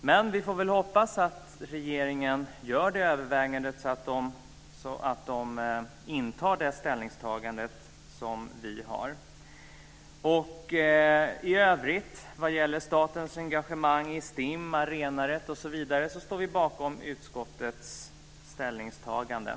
Men vi får väl hoppas att regeringen gör det övervägandet och intar det ställningstagande som vi har. I övrigt, vad gäller statens engagemang i STIM, arenarätt osv., står vi bakom utskottets ställningstaganden.